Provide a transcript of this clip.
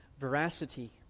veracity